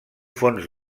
fons